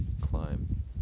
climb